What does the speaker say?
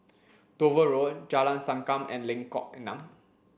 Dover Road Jalan Sankam and Lengkok Enam